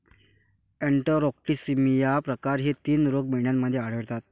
enterotoxaemia प्रकार हे तीन रोग मेंढ्यांमध्ये आढळतात